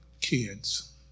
kids